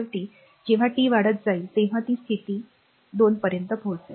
शेवटी जेव्हा टी वाढत जाईल तेव्हा ती स्थिर स्थिती 2 पर्यंत पोहोचेल